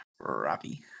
Robbie